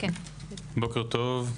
בוקר טוב.